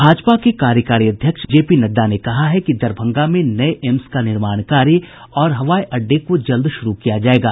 भारतीय जनता पार्टी के कार्यकारी अध्यक्ष जगत प्रकाश नड्डा ने कहा है कि दरभंगा में नये एम्स का निर्माण कार्य और हवाई अड्डे को जल्द शुरू किया जाएगा